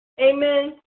Amen